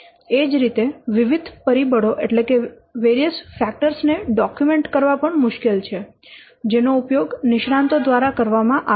એ જ રીતે વિવિધ પરિબળો ને ડોક્યુમેન્ટ કરવા મુશ્કેલ છે જેનો ઉપયોગ નિષ્ણાંતો દ્વારા કરવામાં આવે છે